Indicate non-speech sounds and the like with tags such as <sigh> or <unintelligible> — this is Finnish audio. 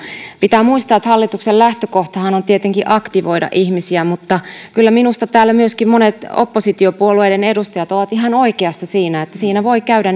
pitää muistaa että hallituksen lähtökohtahan on tietenkin aktivoida ihmisiä mutta kyllä minusta täällä myöskin monet oppositiopuolueiden edustajat ovat ihan oikeassa siinä että siinä voi käydä <unintelligible>